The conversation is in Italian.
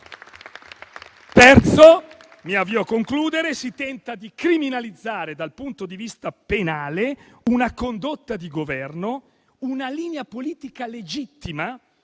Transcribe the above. e mi avvio a concludere - si tenta di criminalizzare dal punto di vista penale una condotta di Governo, una linea politica legittima